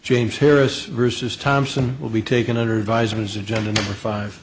james harris versus thompson will be taken under visors agenda number five